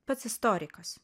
pats istorikas